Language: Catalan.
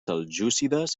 seljúcides